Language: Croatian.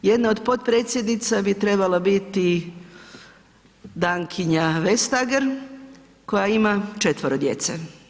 Jedna od potpredsjednica bi trebala biti Dankinja Vestager koja ima četvero djece.